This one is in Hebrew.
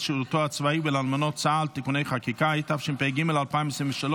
שירותו הצבאי ולאלמנות צה"ל (תיקוני חקיקה) התשפ"ג 2023,